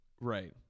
Right